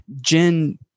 jen